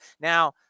Now